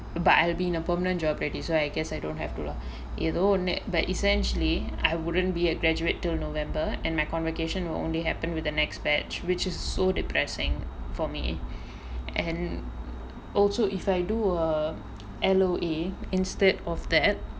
but I'll be in a permanent job already so I guess I don't have to lah எதோ ஒன்னு:etho onnu but essentially I wouldn't be a graduate to november and my convocation will only happen with the next batch which is so depressing for me and also if I do a L_O_A instead of that